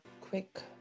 quick